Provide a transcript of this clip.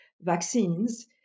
vaccines